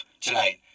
tonight